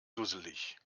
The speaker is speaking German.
dusselig